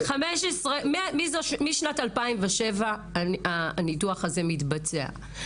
משנת 2007 הניתוח הזה מתבצע.